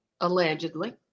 allegedly